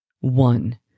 One